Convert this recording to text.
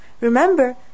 Remember